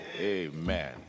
Amen